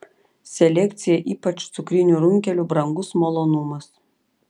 selekcija ypač cukrinių runkelių brangus malonumas